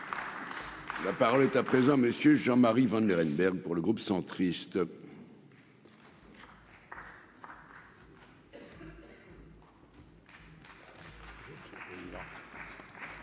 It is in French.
La parole est à présent Monsieur Jean-Marie Vanlerenberghe pour le groupe centriste.